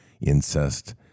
incest